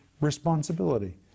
responsibility